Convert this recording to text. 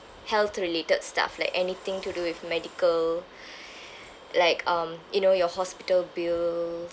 health-related stuff like anything to do with medical like um you know your hospital bills